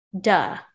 duh